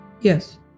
Yes